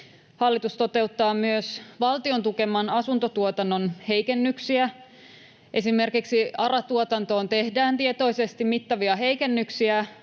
hallitus toteuttaa myös valtion tukeman asuntotuotannon heikennyksiä. Esimerkiksi ARA-tuotantoon tehdään tietoisesti mittavia heikennyksiä,